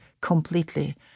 completely